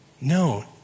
no